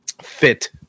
fit